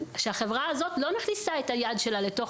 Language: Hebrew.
החברה הזאת לא מכניסה את היד שלה לתוך